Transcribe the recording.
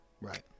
Right